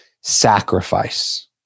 sacrifice